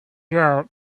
out